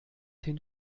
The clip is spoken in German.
hin